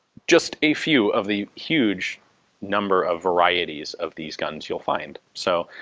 just a few of the huge number of varieties of these guns you'll find, so.